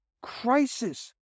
crisis